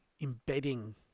embedding